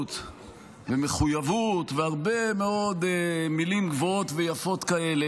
ואחריות ומחויבות והרבה מאוד מילים גבוהות ויפות כאלה.